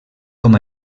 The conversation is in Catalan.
com